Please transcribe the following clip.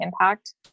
impact